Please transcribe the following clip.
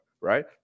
right